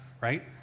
right